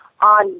on